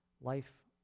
life